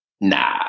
Nah